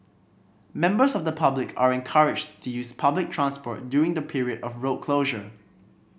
members of the public are encouraged to use public transport during the period of road closure